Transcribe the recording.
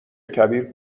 کبیر